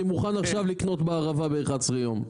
אני מוכן עכשיו לקנות בערבה 11 ימים,